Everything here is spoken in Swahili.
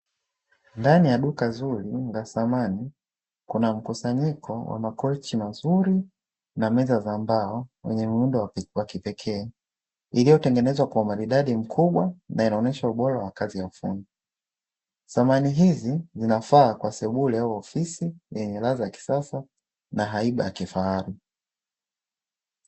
Ndani ya duka zuri la samani kuna mkusanyiko wa makochi mazuri na meza za mbao zenye muundo wa kipekee. iliyotengenezwa kwa umaridadi mkubwa na inaonesha ubora wa kazi ya fundi. Samani hizi zinafaa kwa sebule au ofisi yenye ladha ya kisasa na haiba ya kifahari.